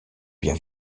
bien